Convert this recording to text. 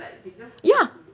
ya